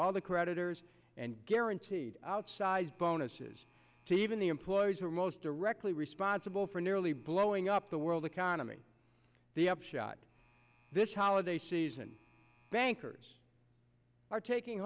all the creditors and guaranteed outsized bonuses to even the employees who are most directly responsible for nearly blowing up the world economy the upshot this holiday season bankers are taking